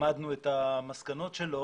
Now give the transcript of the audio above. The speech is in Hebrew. למדנו את המסקנות שלו,